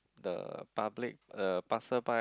the public uh passerby